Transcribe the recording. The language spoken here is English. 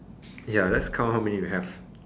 ya let's count how many you have